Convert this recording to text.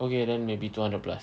okay then maybe two hundred plus